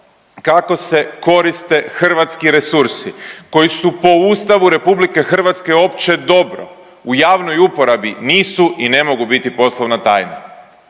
kako se koriste hrvatski resursi koji su po Ustavu RH opće dobro u javnom uporabi nisu i ne mogu biti poslovna tajna.